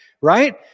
right